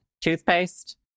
toothpaste